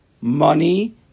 money